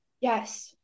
Yes